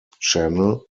channel